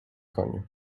koniu